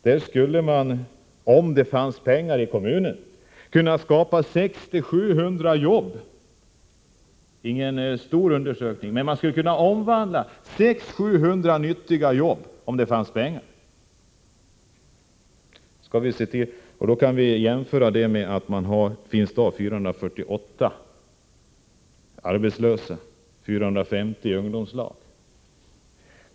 Där skulle man, om det fanns pengar i kommunen, kunna skapa 600-700 jobb. Det är inte fråga om någon stor undersökning, men man skulle få fram 600-700 nyttiga jobb om det fanns pengar. Detta kan jämföras med att det finns 448 arbetslösa och 450 personer i ungdomslag.